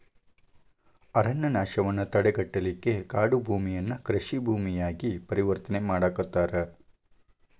ಅರಣ್ಯನಾಶವನ್ನ ತಡೆಗಟ್ಟಲಿಕ್ಕೆ ಕಾಡುಭೂಮಿಯನ್ನ ಕೃಷಿ ಭೂಮಿಯಾಗಿ ಪರಿವರ್ತನೆ ಮಾಡಾಕತ್ತಾರ